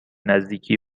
نزدیکی